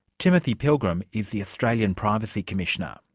timothy pilgrim is the australian privacy commissioner.